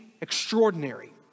extraordinary